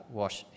wash